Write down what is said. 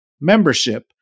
Membership